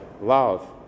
love